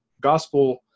gospel